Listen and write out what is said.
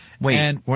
Wait